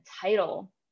title